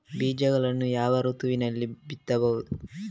ಬೀಜವನ್ನು ಯಾವ ಋತುವಿನಲ್ಲಿ ಬಿತ್ತಬೇಕು?